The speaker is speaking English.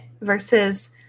versus